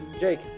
Jake